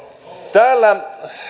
täällä